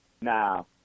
Now